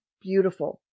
beautiful